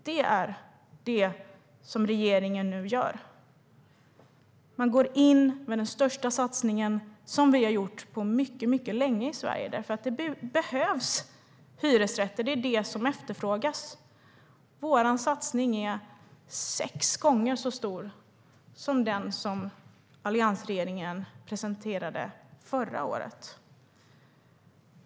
Det är vad regeringen nu gör. Den går in med den största satsningen som vi har gjort på mycket länge i Sverige. Det behövs hyresrätter. Det är vad som efterfrågas. Vår satsning är sex gånger så stor som den som alliansregeringen presenterade förra året.